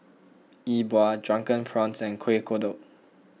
E Bua Drunken Prawns Kuih Kodok